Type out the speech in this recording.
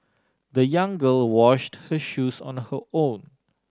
the young girl washed her shoes on the her own